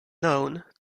known